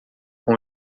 com